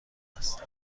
است